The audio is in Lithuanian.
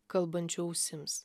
kalbančio ausims